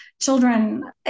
Children